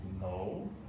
No